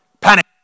Panic